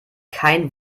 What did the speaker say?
kein